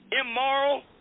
immoral